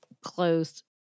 close